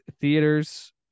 theaters